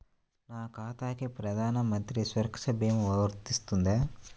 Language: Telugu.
నా ఖాతాకి ప్రధాన మంత్రి సురక్ష భీమా వర్తిస్తుందా?